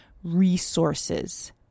resources